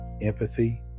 empathy